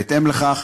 בהתאם לכך,